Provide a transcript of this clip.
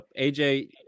AJ